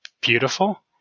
beautiful